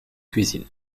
cuisine